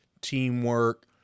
teamwork